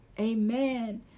Amen